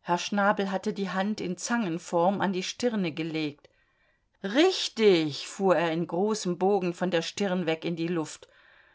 herr schnabel hatte die hand in zangenform an die stirne gelegt richtig fuhr er in großem bogen von der stirn weg in die luft